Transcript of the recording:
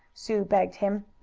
sue begged him.